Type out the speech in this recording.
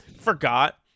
forgot